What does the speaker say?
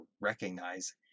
recognize